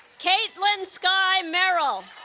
caitlin skye merrell